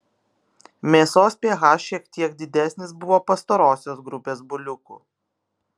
mėsos ph šiek tiek didesnis buvo pastarosios grupės buliukų